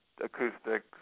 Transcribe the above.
acoustic